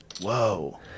Whoa